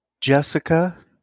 jessica